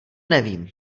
nevím